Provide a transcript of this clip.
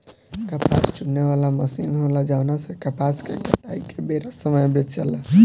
कपास चुने वाला मशीन होला जवना से कपास के कटाई के बेरा समय बचेला